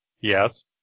Yes